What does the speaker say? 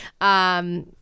Um-